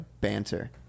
banter